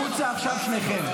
החוצה עכשיו שניכם.